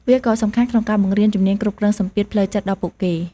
វាក៏សំខាន់ក្នុងការបង្រៀនជំនាញគ្រប់គ្រងសម្ពាធផ្លូវចិត្តដល់ពួកគេ។